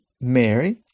Mary